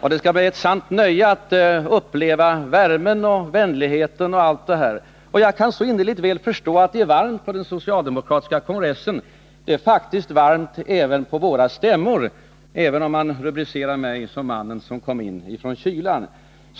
Och det skall bli ett sant nöje att uppleva värmen och vänligheten och allt det där. Jag kan så innerligt väl förstå att det är varmt på den socialdemokratiska kongressen. Det är faktiskt varmt också på våra stämmor, även om man rubricerar mig som mannen som kom in från kylan.